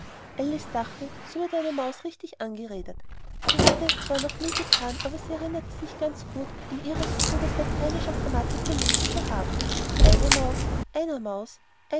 alice dachte so würde eine maus richtig angeredet sie hatte es zwar noch nie gethan aber sie erinnerte sich ganz gut in ihres bruders lateinischer grammatik gelesen zu haben eine maus einer maus